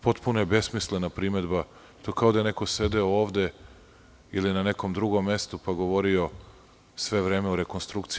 Potpuno je besmislena primedba, kao da je neko sedeo ovde ili na nekom drugom mestu, pa govorio sve vreme o rekonstrukciji.